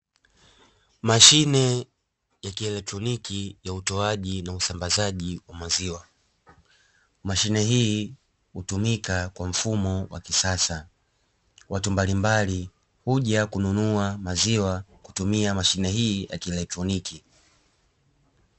Mashine ya kielectroniki ya utoaji na usambazaji maziwa mashine hii hutumika kwa mfumo wa kisasa watu mbalimbali huja kununua maziwa wakitumia mashine hii ya kielectroniki